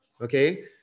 Okay